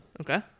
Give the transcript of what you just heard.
okay